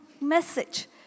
message